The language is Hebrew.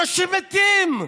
אנשים מתים.